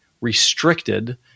restricted